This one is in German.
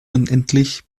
unendlich